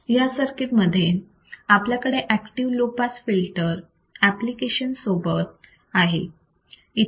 या सर्किट मध्ये आपल्याकडे active low pass filter application सोबत आहे